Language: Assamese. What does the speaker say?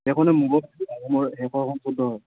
সেইখনেই মোগল আৰু আহোমৰ শেষৰখন যুদ্ধ হয়